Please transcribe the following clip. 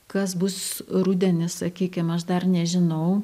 kas bus rudenį sakykim aš dar nežinau